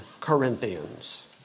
Corinthians